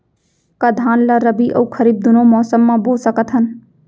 का धान ला रबि अऊ खरीफ दूनो मौसम मा बो सकत हन?